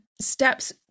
steps